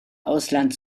ausland